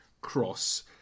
cross